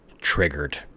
triggered